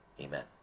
Amen